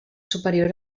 superior